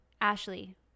Ashley